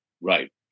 Right